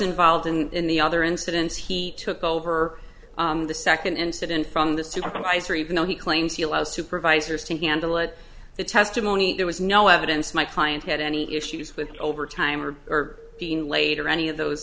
involved in the other incidents he took over the second incident from the supervisor even though he claims he allowed supervisors to handle it the testimony there was no evidence my client had any issues with overtime or are being late or any of those